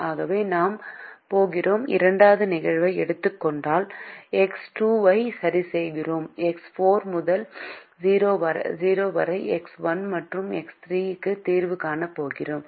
ஆகவே நாம் போகிறோம் இரண்டாவது நிகழ்வை எடுத்துக் கொண்டால் எக்ஸ் 2 ஐ சரிசெய்கிறோம் எக்ஸ் 4 முதல் 0 வரை எக்ஸ் 1 மற்றும் எக்ஸ் 3 க்கு தீர்வு காணப் போகிறோம்